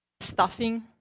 stuffing